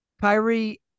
Kyrie